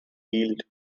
yield